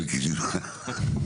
אלקין נמנע.